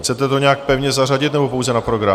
Chcete to nějak pevně zařadit, nebo pouze na program?